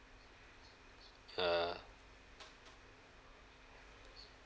uh